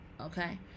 okay